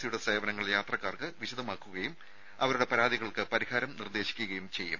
സിയുടെ സേവനങ്ങൾ യാത്രക്കാർക്ക് വിശദീകരിക്കുകയും അവരുടെ പരാതികൾക്ക് പരിഹാരം നിർദേശിക്കുകയും ചെയ്യും